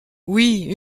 oui